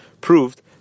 proved